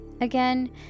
Again